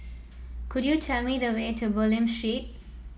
could you tell me the way to Bulim Street